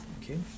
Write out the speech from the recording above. okay